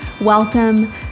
welcome